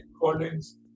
Collins